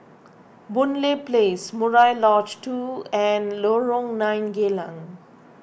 Boon Lay Place Murai Lodge two and Lorong nine Geylang